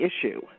issue